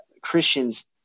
christians